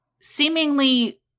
seemingly